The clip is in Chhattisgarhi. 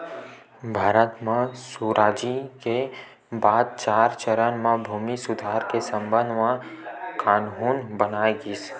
भारत म सुराजी के बाद चार चरन म भूमि सुधार के संबंध म कान्हून बनाए गिस